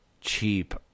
cheap